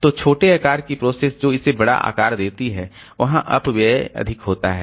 तो छोटे आकार की प्रोसेस जो इसे बड़ा पेज आकार देती हैं वहाँ अपव्यय अधिक होता है